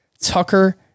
Tucker